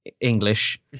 english